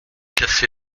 cassé